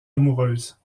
amoureuse